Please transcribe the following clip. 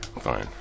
Fine